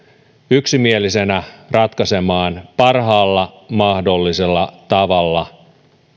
yksimielisenä ratkaisemaan parhaalla mahdollisella tavalla